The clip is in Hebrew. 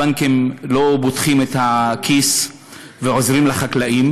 הבנקים לא פותחים את הכיס ועוזרים לחקלאים,